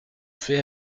faits